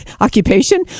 occupation